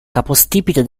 capostipite